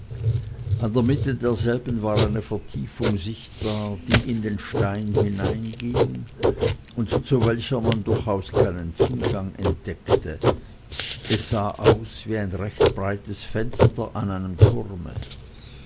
an der mitte derselben war eine vertiefung sichtbar die in den stein hineinging und zu welcher man durchaus keinen zugang entdeckte es sah aus wie ein recht breites fenster an einem turme